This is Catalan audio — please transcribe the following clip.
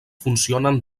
funcionen